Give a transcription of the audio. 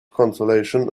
consolation